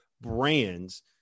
brands